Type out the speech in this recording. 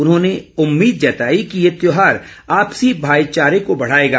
उन्होंने उम्मीद जताई कि ये त्योहार आपसी भाईचारे को बढ़ाएगा